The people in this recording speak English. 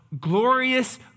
glorious